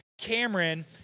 Cameron